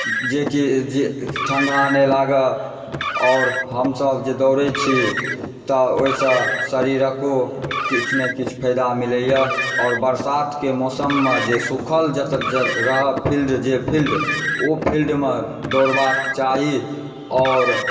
जेकि ठण्डा नहि लागै आओर हमसब जे दौड़ै छी तऽ ओहिसँ शरीरके किछु ने किछु फायदा मिलैए आओर बरसातके मौसममे सुखल जते रहत जे फिल्ड ओ फिल्डमे दौड़बाक चाही आओर